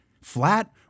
Flat